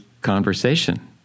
conversation